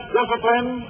discipline